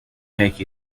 take